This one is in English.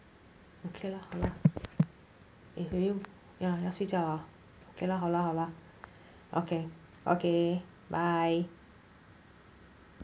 okay lah 好啦 eh 要睡觉 liao ah okay 好啦好啦 okay okay bye